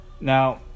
Now